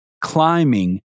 climbing